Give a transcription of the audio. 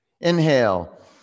Inhale